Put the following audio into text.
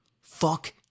fuck